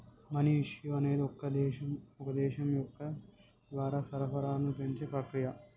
money issue అనేది ఒక దేశం యొక్క ద్రవ్య సరఫరాను పెంచే ప్రక్రియ